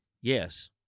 Yes